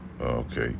Okay